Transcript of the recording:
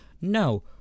No